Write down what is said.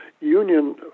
union